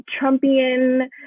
trumpian